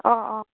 অঁ অঁ